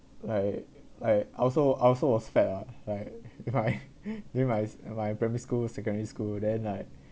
like like I also I also was fat ah like my during my my primary school secondary school then like